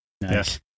yes